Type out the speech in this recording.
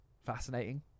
Fascinating